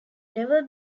never